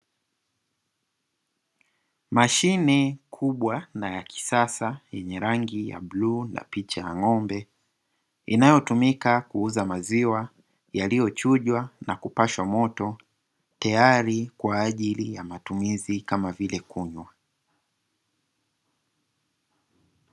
Mashine kubwa na ya kisasa yenye rangi ya bluu na picha ya ng'ombe inayotumika kuuza maziwa yaliyochujwa na kupashwa moto, tayari kwa ajili ya matumizi kama vile kunywa.